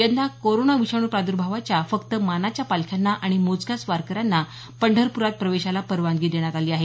यंदा कोरोना विषाणू प्रादुर्भावाच्या पार्श्वभूमीवर फक्त मानाच्या पालख्यांना आणि मोजक्याच वारकऱ्यांना पंढरपूरात प्रवेशाला परवानगी देण्यात आली आहे